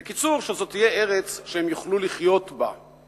בקיצור, שזאת תהיה ארץ שהם יוכלו לחיות בה.